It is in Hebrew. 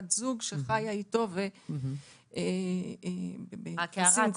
בת זוג שחיה איתו ביחסים קבועים --- רק הערה,